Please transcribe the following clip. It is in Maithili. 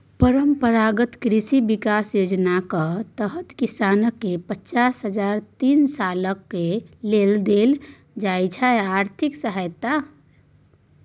परंपरागत कृषि बिकास योजनाक तहत किसानकेँ पचास हजार तीन सालक लेल देल जाइ छै आर्थिक सहायता